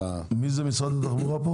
מי כאן ממשרד התחבורה?